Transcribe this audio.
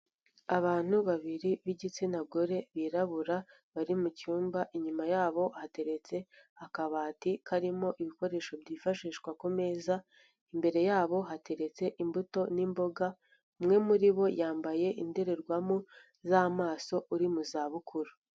Abantu babiri b'igitsina gore birabura bari mu cyumba, inyuma yabo hateretse akabati karimo ibikoresho byifashishwa ku meza, imbere yabo hateretse imbuto n'imboga, umwe muri bo yambaye indorerwamo z'amaso uri mu zabukuru.